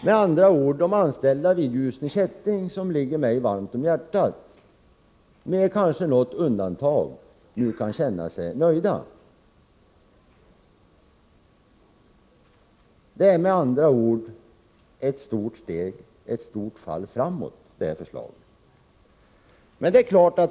Ljusne Kättings anställda, som ligger mig varmt om hjärtat, kan med kanske något undantag känna sig nöjda. Jag betraktar därför förslaget som ett stort steg framåt.